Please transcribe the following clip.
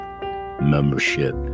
membership